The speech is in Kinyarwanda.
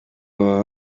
baba